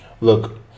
Look